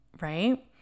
right